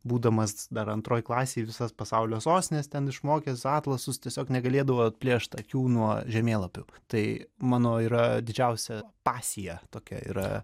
būdamas dar antroj klasėj visas pasaulio sostines ten išmokęs atlasus tiesiog negalėdavau atplėšt akių nuo žemėlapių tai mano yra didžiausia pasija tokia yra